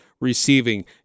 receiving